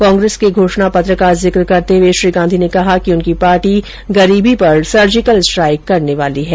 कांग्रेस के घोषणा पत्र का जिक्र करते हुए श्री गांधी ने कहा कि उनकी पार्टी गरीबी पर सर्जिकल स्ट्राइक करने वाली है